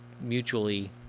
mutually